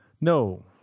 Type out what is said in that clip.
No